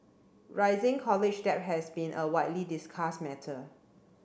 rising college debt has been a widely discussed matter